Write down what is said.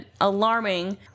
alarming